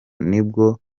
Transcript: nibwo